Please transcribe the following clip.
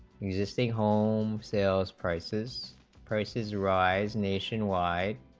in the same home sales prices prices rise nationwide